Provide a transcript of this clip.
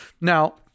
now